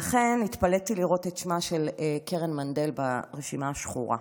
לכן התפלאתי לראות את שמה של קרן מנדל ברשימה השחורה.